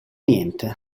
niente